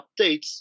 updates